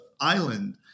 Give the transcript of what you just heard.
island